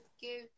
give